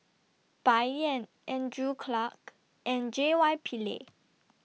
Bai Yan Andrew Clarke and J Y Pillay